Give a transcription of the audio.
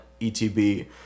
etb